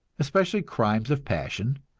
especially crimes of passion.